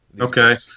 Okay